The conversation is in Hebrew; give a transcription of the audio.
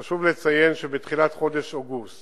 חשוב לציין שבתחילת חודש אוגוסט